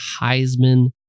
Heisman